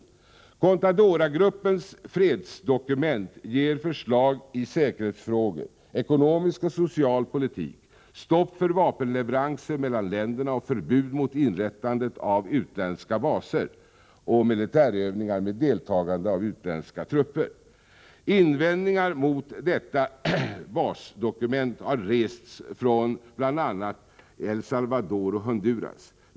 Contadoragruppens fredsdokument ger förslag i säkerhetsfrågor, ekonomisk och social politik, stopp för vapenleveranser mellan länderna och förbud mot inrättande av utländska baser och militärövningar med deltagande av utländska trupper. Invändningar mot detta basdokument har rests från bl.a. El Salvador och Honduras.